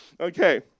Okay